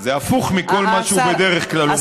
זה הפוך ממה שבדרך כלל הוא אומר.